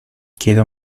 quiero